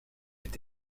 est